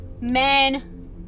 men